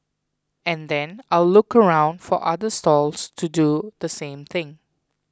and then I'll look around for other stalls to do the same thing